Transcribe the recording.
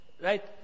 right